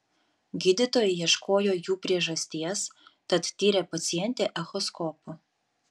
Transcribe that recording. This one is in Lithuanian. gydytojai ieškojo jų priežasties tad tyrė pacientę echoskopu